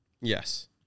Yes